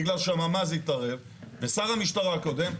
ובגלל שהממ"ז התערב ושר המשטרה הקודם,